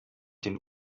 den